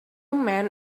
men